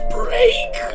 break